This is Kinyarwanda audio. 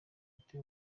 mfite